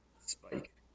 Spike